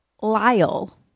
Lyle